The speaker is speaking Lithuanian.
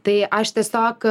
tai aš tiesiog